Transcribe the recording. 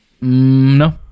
No